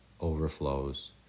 overflows